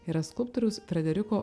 yra skulptoriaus frederiko